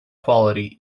quality